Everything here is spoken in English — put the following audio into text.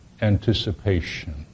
anticipation